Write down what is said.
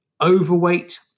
overweight